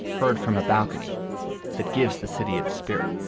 heard from a balcony that gives the city its spirit.